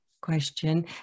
question